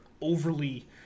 overly